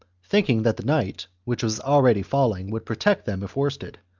thinking that the night, which was already falling, would protect them if worsted,